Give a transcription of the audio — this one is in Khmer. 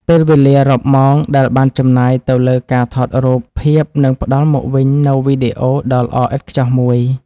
ពេលវេលារាប់ម៉ោងដែលបានចំណាយទៅលើការថតរូបភាពនឹងផ្តល់មកវិញនូវវីដេអូដ៏ល្អឥតខ្ចោះមួយ។